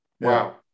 Wow